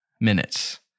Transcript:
minutes